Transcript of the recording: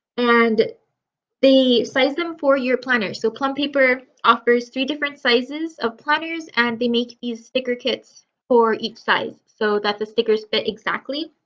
and they size them for your planner so plum paper offers three different sizes of planners and they make these thicker kits or each size so that the stickers fit exactly.